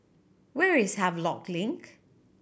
where is Havelock Link